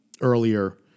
Earlier